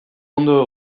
ondo